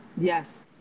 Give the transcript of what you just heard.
Yes